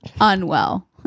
unwell